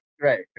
right